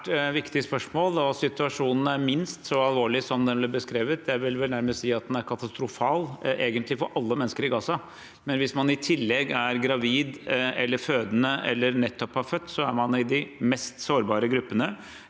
et svært viktig spørsmål. Situasjonen er minst så alvorlig som den ble beskrevet. Jeg vil vel nærmest si at den er katastrofal, egentlig for alle mennesker i Gaza, men hvis man i tillegg er gravid eller fødende eller nettopp har født, er man i de mest sårbare gruppene.